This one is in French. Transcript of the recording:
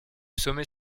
sommet